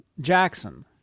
jackson